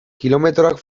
kilometroak